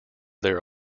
their